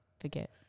forget